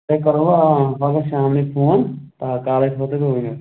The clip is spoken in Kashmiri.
تۄہہِ کَرہو آ پگاہ شامنٕے فون کالے تھاوَو تۄہہِ بہٕ ؤنِتھ